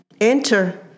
Enter